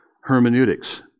hermeneutics